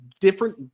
different